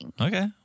Okay